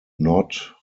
not